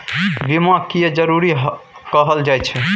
बीमा किये जरूरी कहल जाय छै?